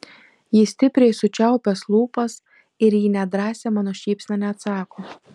jis stipriai sučiaupęs lūpas ir į nedrąsią mano šypseną neatsako